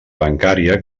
bancària